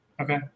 Okay